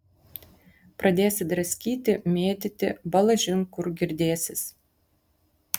pradėsi draskyti mėtyti balažin kur girdėsis